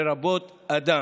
לרבות אדם.